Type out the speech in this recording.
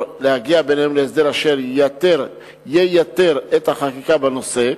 להגיע ביניהן להסדר אשר ייתר את החקיקה בנושא.